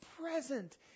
present